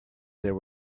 there